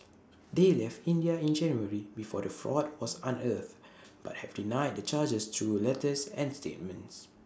they left India in January before the fraud was unearthed but have denied the charges through letters and statements